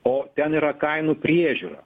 o ten yra kainų priežiūra